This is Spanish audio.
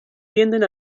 tienden